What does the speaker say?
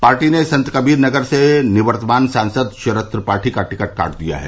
party ने संतकबीर नगर से निवर्तमान सांसद शरद त्रिपाठी का टिकट काट दिया है